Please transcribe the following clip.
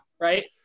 Right